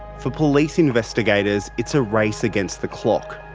for police investigators it's a race against the clock.